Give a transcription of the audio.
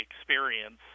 experience